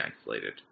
isolated